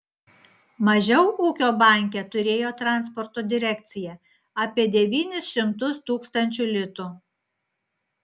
mažiau ūkio banke turėjo transporto direkcija apie devynis šimtus tūkstančių litų